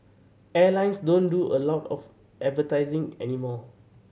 airlines don't do a lot of advertising anymore